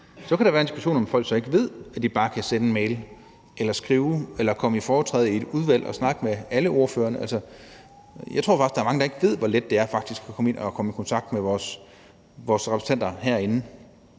Så kan der være en diskussion om, om folk så ikke ved, at de bare kan sende en mail eller skrive eller komme i foretræde i et udvalg og snakke med alle ordførerne. Jeg tror faktisk, der er mange, der ikke ved, hvor let det er at komme ind og komme i kontakt med vores repræsentanter herinde.